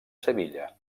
sevilla